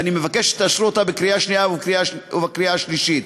ואני מבקש שתאשרו אותה בקריאה שנייה ובקריאה שלישית.